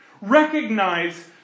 Recognize